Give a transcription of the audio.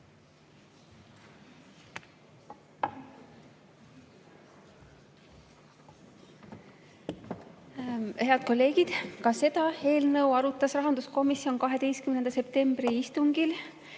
Head kolleegid! Ka seda eelnõu arutas rahanduskomisjon 12. septembri istungil.